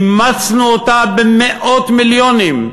אימצנו אותה במאות מיליונים,